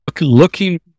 looking